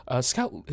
scout